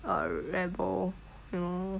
err rebel you know